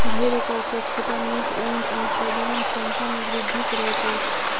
भेड़क स्वच्छता नीक ऊन आ प्रजनन क्षमता में वृद्धि करैत अछि